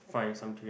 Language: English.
find some durian